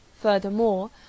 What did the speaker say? Furthermore